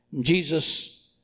Jesus